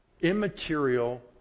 immaterial